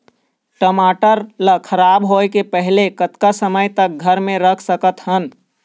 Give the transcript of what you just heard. टमाटर ला खराब होय के पहले कतका समय तक घर मे रख सकत हन?